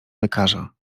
lekarza